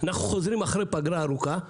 אנחנו חוזרים אחרי פגרה ארוכה,